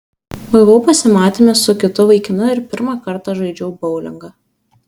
buvau pasimatyme su kitu vaikinu ir pirmą kartą žaidžiau boulingą